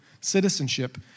citizenship